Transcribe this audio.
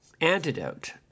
antidote